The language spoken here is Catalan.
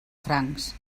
francs